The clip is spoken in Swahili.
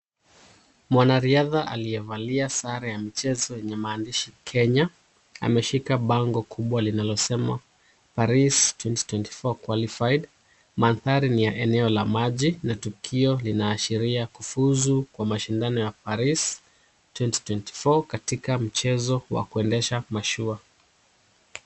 Mwanariadha aliyevalia sare ya michezo yenye maandishi Kenya, ameshika bango kubwa linalosema Paris 2024 qualified. Maanthari ni eneo la maji na tukio linaashiria kufuzu kwa mashindano ya Paris 2024 katika mchezo wa kuendesha mashua.